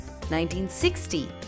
1960